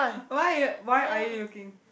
why are you why are you looking